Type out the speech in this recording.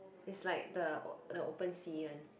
is like the the open sea one